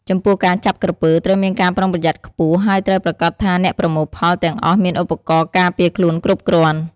ចំពោះការចាប់ក្រពើត្រូវមានការប្រុងប្រយ័ត្នខ្ពស់ ហើយត្រូវប្រាកដថាអ្នកប្រមូលផលទាំងអស់មានឧបករណ៍ការពារខ្លួនគ្រប់គ្រាន់។